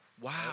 Wow